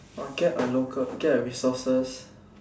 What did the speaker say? must get a local get a resources